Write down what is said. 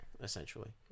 essentially